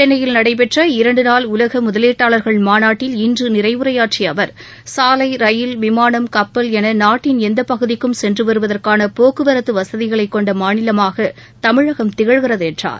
சென்னையில் நடைபெற்ற இரண்டு நாள் உலக முதலீட்டாளர்கள் மாநட்டில் இன்று நிறைவுரையாற்றிய அவர் சாலை ரயில் விமானம் கப்பல் என நாட்டின் எந்த பகுதிக்கும் சென்று வருவதற்கான போக்குவரத்து வசதிகளைக் கொண்ட மாநிலமாக தமிழகம் திகழ்கிறது என்றார்